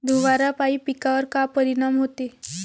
धुवारापाई पिकावर का परीनाम होते?